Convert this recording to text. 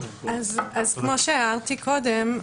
כמו שהערתי קודם,